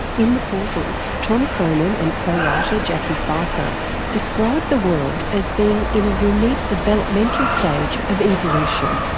in the portal, tom cronin and co-writer jacqui fifer describe the world as being in a unique developmental stage of evolution.